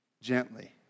Gently